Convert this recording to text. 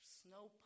snow